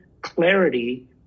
clarity